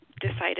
Decided